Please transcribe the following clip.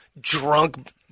drunk